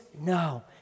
No